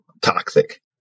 toxic